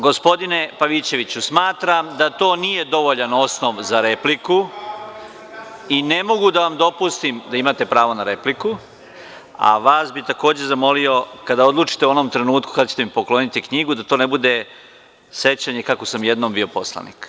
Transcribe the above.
Gospodine Pavićeviću, smatram da to nije dovoljan osnov za repliku i ne mogu da vam dopustim da imate pravo na repliku, a vas bih takođe zamolio kada odlučite o onom trenutku kada ćete mi pokloniti knjigu da to ne bude sećanje kako sam jednom bio poslanik.